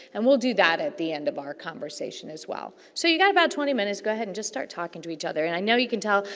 and, we'll do that at the end of our conversation as well. so, you've got about twenty minutes, go ahead and just start talking to each other. and, i know you can tell,